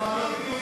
לכם?